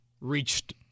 reached